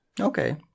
Okay